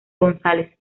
gonzález